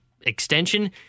extension